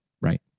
right